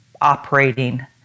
operating